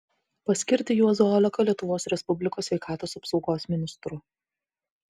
paskirti juozą oleką lietuvos respublikos sveikatos apsaugos ministru